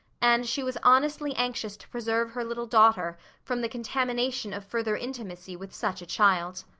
and she was honestly anxious to preserve her little daughter from the contamination of further intimacy with such a child.